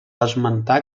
esmentar